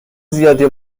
زیادی